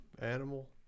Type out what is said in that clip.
animal